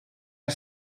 are